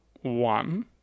one